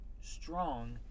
strong